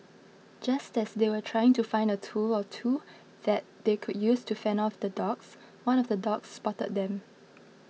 just as they were trying to find a tool or two that they could use to fend off the dogs one of the dogs spotted them